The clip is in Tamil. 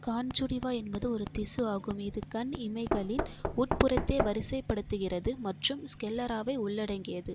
கான்ஜுடிவா என்பது ஒரு திசு ஆகும் இது கண் இமைகளின் உட்புறத்தை வரிசைப்படுத்துகிறது மற்றும் ஸ்க்லெராவை உள்ளடக்கியது